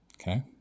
Okay